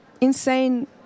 insane